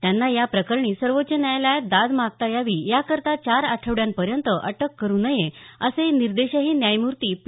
त्यांना या प्रकरणी सर्वोच्च न्यायालयात दाद मागता यावी या करता चार आठवड्यांपर्यंत अटक करू नये असे निर्देशही न्यायमूर्ती पी